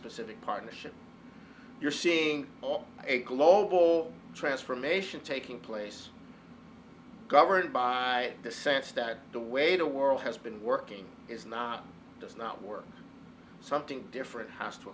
transpacific partnership you're seeing a global transformation taking place governed by the sense that the way the world has been working is not does not work something different has to